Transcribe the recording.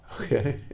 Okay